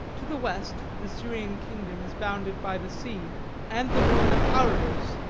to the west the syrian kingdom is bounded by the sea and the ruin of aradus,